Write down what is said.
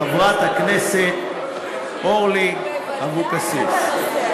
חברת הכנסת אורלי אבקסיס.